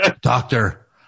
doctor